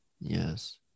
Yes